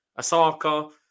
Asaka